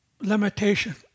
limitation